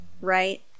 right